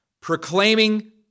proclaiming